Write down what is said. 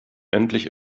endlich